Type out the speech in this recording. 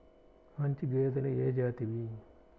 మంచి గేదెలు ఏ జాతివి?